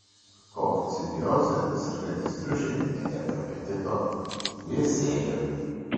kokcidioze sergantys triušiai netenka apetito liesėja